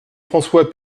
françois